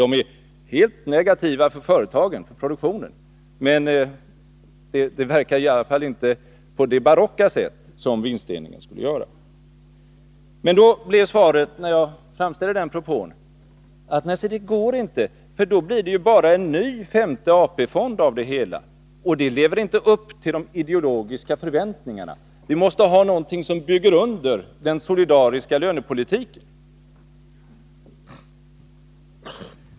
De är helt negativa för företagen, för produktionen, men de verkar i alla fall inte på samma barocka sätt som en vinstdelning skulle göra. När jag framställde den propån blev svaret: Nej, det går inte, för då blir det bara en ny, femte AP-fond av det hela. Därmed lever vi inte upp till de ideologiska förväntningarna. Vi måste ha något som bygger under den solidariska lönepolitiken.